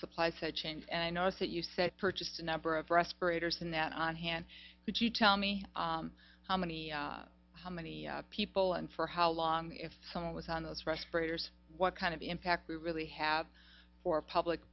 side change and i notice that you said purchased a number of respirators and that on hand could you tell me how many how many people and for how long if someone was on those respirators what kind of impact we really have for public